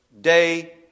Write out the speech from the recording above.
day